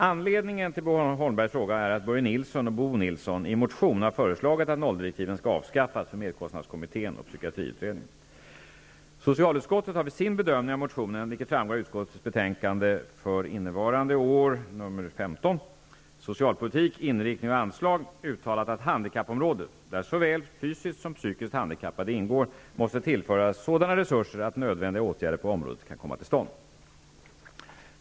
Anledningen till Bo Holmbergs fråga är att Börje Nilsson och Bo Nilsson i en motion har föreslagit att nolldirektiven skall avskaffas för merkostnadskommittén och psykiatriutredningen. Socialutskottet har vid sin bedömning av motionen, vilket framgår av utskottets betänkande 1991/92:SoU 15 Socialpolitik -- inriktning och anslag, uttalat att handikappområdet, där såväl fysiskt, psykiskt handikappade ingår, måste tillföras sådana resurser att nödvändiga åtgärder på området kan komma till stånd.